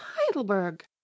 heidelberg